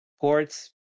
ports